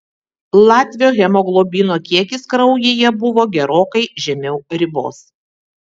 latvio hemoglobino kiekis kraujyje buvo gerokai žemiau ribos